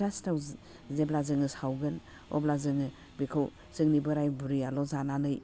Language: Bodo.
फिथा सिथाव जेब्ला जोङो सावगोन अब्ला जोङो बेखौ जोंनि बोराइ बुरियाल' जानानै